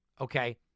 okay